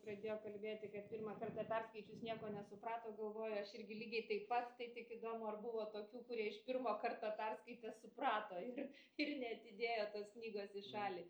pradėjo kalbėti kad pirmą kartą perskaičius nieko nesuprato galvoju aš irgi lygiai taip pat tai tik įdomu ar buvo tokių kurie iš pirmo karto perskaitę suprato ir ir neatidėjo tos knygos į šalį